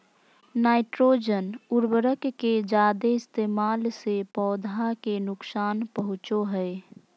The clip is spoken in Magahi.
नाइट्रोजन उर्वरक के जादे इस्तेमाल से पौधा के नुकसान पहुंचो हय